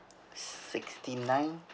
sixty-nine